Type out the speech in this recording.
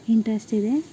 interest ಇದೆ